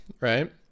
right